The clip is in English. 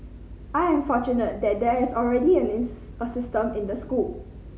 I am fortunate that there is already a system in the school